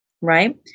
right